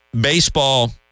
baseball